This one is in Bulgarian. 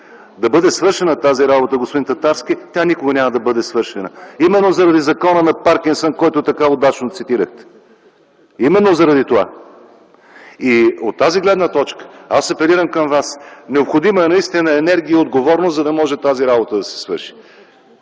да бъде свършена, господин Татарски, тя никога няма да бъде свършена, именно заради Закона на Паркинсън, който така удачно цитирахте, именно затова. От тази гледна точка апелирам към вас: необходими са наистина енергия и отговорност, за да може тази работа да се свърши!